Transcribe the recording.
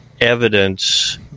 evidence